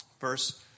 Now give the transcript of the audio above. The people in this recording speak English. verse